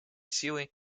силы